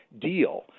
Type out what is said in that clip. deal